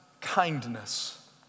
kindness